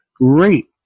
Great